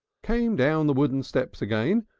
came down the wooden steps again,